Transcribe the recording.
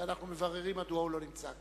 ואנחנו מבררים מדוע הוא לא נמצא כאן.